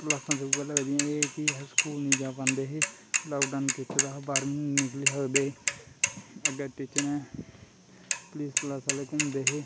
क्लासां ते उ'ऐ लगदियां हियां एह् ऐ कि अस स्कूल निं जा पांदे हे लाकडाऊन कीते दा हा बाह्र बी निं निकली सकदे हे अग्गें टीचरें पलीस पलास आह्ले घूमदे हे